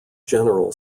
general